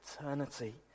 eternity